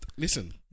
Listen